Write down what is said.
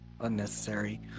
Unnecessary